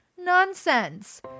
Nonsense